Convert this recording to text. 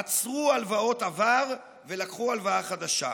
עצרו הלוואות עבר ולקחו הלוואה חדשה,